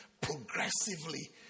progressively